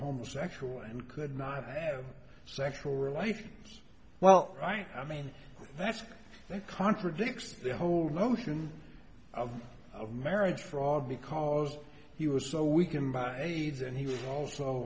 homosexual and could not have sexual relations well right i mean that's a contradiction the whole notion of marriage fraud because you were so we can buy aids and he also al